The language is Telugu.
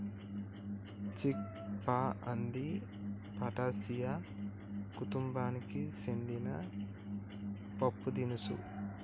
చిక్ పా అంది ఫాటాసియా కుతుంబానికి సెందిన పప్పుదినుసు